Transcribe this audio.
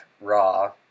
raw